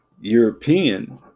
european